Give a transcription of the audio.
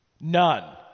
None